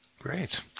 Great